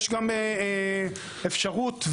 יש אפשרות,